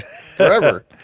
forever